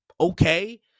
okay